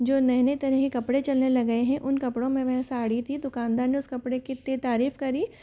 जो नए नए तरह के कपड़े चलने लगे हैं उन कपड़ों में वह साड़ी थी दुकानदार ने उस कपड़े की इत्ती तारीफ करी